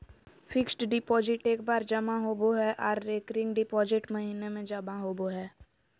fixed deposit एक बार जमा होबो हय आर रेकरिंग डिपॉजिट महीने में जमा होबय हय